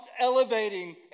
elevating